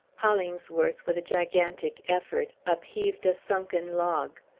hollingsworth, with a gigantic effort, upheaved a sunken log.